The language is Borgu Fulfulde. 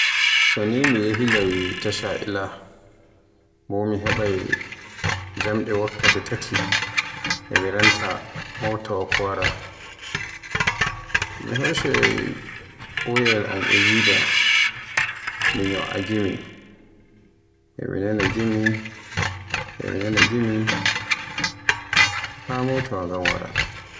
So ni mi yehilaawi tasha ila bo mi heɓaay jamɗe wakkata titi e mi renta motaawa ko wara. Mi hoccay woyayel am e jiba, mi ñyoa gimi, e mi nana gimi, mi nana gimi, haa motaawa ngan wara.